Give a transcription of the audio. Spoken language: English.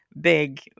big